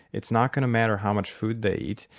it's not going to matter how much food they eat.